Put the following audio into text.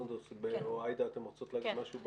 סונדוס או עאידה, אתן רוצות להגיד משהו בפתיחה?